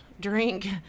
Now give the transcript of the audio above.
Drink